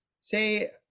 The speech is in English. say